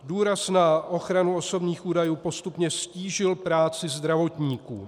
Důraz na ochranu osobních údajů postupně ztížil práci zdravotníků.